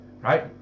right